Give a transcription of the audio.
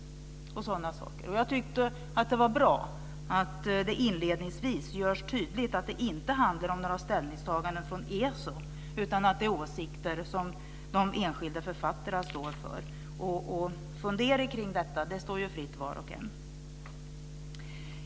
Det är bra att det inledningsvis görs tydligt att det inte handlar om ställningstaganden från ESO, utan att det är åsikter som förs fram från de enskilda författarna. Det står ju var och en fritt att fundera.